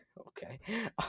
Okay